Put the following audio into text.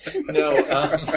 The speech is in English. No